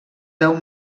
deu